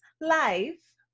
life